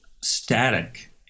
static